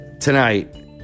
tonight